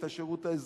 את השירות האזרחי.